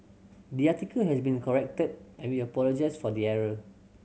the article has been corrected and we apologise for the error